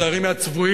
היזהרי מן הצבועים.